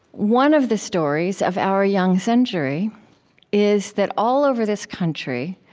one of the stories of our young century is that all over this country,